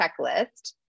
checklist